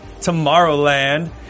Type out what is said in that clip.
Tomorrowland